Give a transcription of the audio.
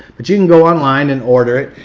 but you can go online and order it.